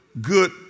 good